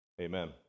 Amen